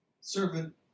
servant